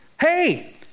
hey